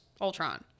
Ultron